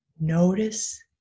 Notice